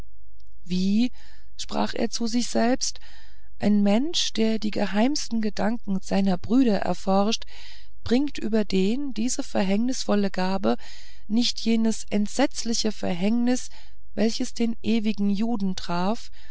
wie sprach er zu sich selbst ein mensch der die geheimsten gedanken seiner brüder erforscht bringt über den diese verhängnisvolle gabe nicht jenes entsetzliche verhängnis welches den ewigen juden traf